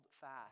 fast